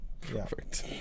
perfect